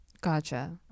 Gotcha